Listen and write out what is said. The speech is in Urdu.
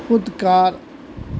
خودکار